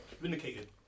vindicated